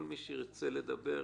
כל מי שירצה לדבר,